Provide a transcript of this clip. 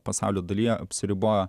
pasaulio dalyje apsiribojo